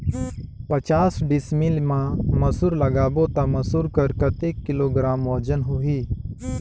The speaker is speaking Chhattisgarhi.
पचास डिसमिल मा मसुर लगाबो ता मसुर कर कतेक किलोग्राम वजन होही?